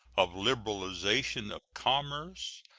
of liberalization of commerce,